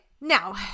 now